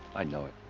i know it.